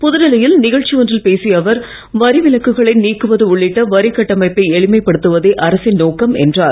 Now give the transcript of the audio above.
புதுடெல்லியில் நிகழ்ச்சி ஒன்றில் பேசிய அவர் வரி விலக்குகளை நீக்குவது உள்ளிட்ட வரிகட்டமைப்பை எளிமைப்படுத்துவதே அரசின் நோக்கம் என்றார்